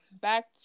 back